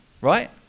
right